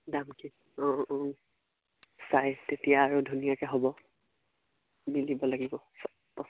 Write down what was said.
দাম কি অঁ অঁ চাইজ তেতিয়া আৰু ধুনীয়াকৈ হ'ব দি দিব লাগিব চব বস্তু